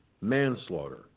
manslaughter